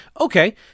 Okay